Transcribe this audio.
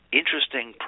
interesting